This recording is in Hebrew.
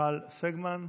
מיכל סגמן,